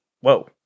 Whoa